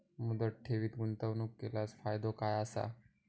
मुदत ठेवीत गुंतवणूक केल्यास फायदो काय आसा?